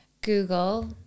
Google